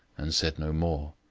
and said no more.